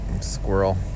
Squirrel